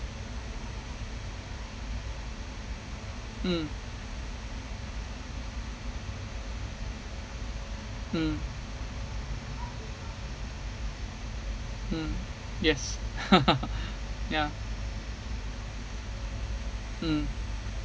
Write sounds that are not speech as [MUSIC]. mm mm mm yes [LAUGHS] ya mm